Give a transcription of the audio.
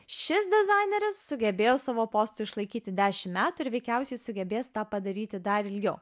šis dizaineris sugebėjo savo postu išlaikyti dešim metų ir veikiausiai sugebės tą padaryti dar ilgiau